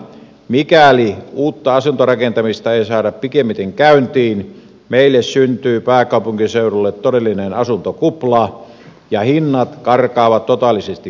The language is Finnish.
mikäli uutta asuntorakentamista ei saada pikimmiten käyntiin meille syntyy pääkaupunkiseudulle todellinen asuntokupla ja hinnat karkaavat totaalisesti käsistä